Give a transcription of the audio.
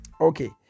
okay